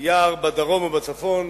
יער בדרום או בצפון